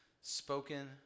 spoken